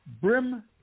Brim